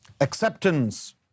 acceptance